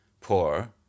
poor